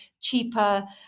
cheaper